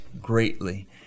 greatly